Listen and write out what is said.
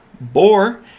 boar